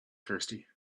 thirsty